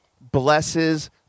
blesses